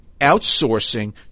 outsourcing